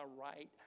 right